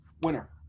Winner